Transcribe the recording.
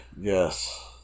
Yes